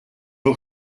eau